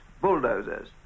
bulldozers